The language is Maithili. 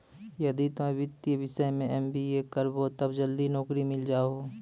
यदि तोय वित्तीय विषय मे एम.बी.ए करभो तब जल्दी नैकरी मिल जाहो